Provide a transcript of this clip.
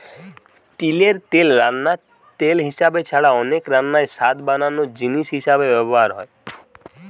তিলের তেল রান্নার তেল হিসাবে ছাড়া অনেক রান্নায় স্বাদ বাড়ানার জিনিস হিসাবে ব্যভার হয়